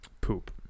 Poop